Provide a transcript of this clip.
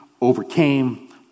overcame